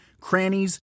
crannies